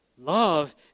love